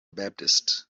baptists